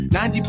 90%